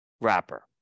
wrapper